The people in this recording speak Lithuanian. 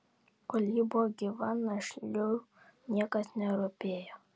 kol ji buvo gyva našliui niekas nerūpėjo